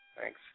Thanks